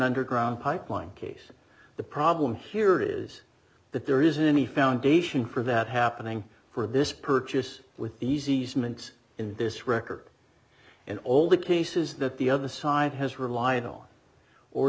underground pipeline case the problem here is that there isn't any foundation for that happening for this purchase with these easements in this record and all the cases that the other side has reli